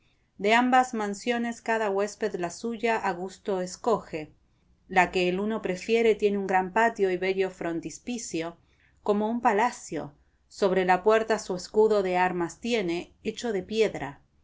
de ambas mansiones cada huésped la suya a gusto escoge la que el uno prefiere tiene un gran patio y bello frontispicio como un palacio sobre la puerta su escudo de armas tiene hecho de piedra